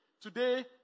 Today